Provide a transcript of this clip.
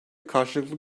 karşılıklı